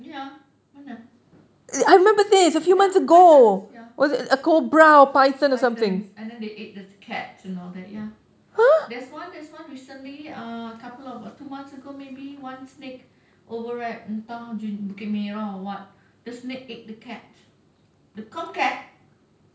ya mana ya pythons ya pythons and then they ate the cats and all that ya there's one there's one recently uh couple of two months ago maybe one snake over at entah bukit merah or what the snake ate the cat the com cat